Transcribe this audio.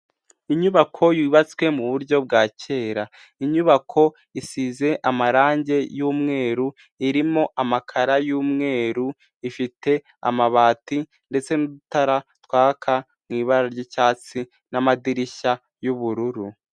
Inyubako yubatswe muburyo bwa kera . Inyubako isize amarangi y'umweru irimo amakara y'umweru .Ifite amabati ndetse n'udutara twaka mu ibara ry'icyatsi n'amadirishya y'ubururu.